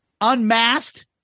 Unmasked